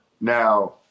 Now